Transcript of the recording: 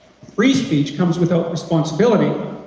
free speech comes without responsibility.